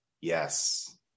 Yes